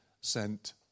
sent